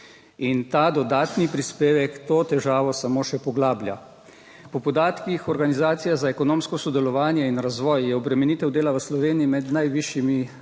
In ta dodatni prispevek to težavo samo še poglablja. Po podatkih Organizacije za ekonomsko sodelovanje in razvoj je obremenitev dela v Sloveniji med najvišjimi